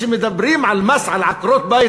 כשמדברים על מס על עקרות-בית,